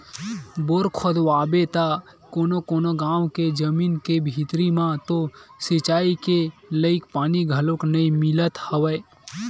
bore खोदवाबे त कोनो कोनो गाँव के जमीन के भीतरी म तो सिचई के लईक पानी घलोक नइ मिलत हवय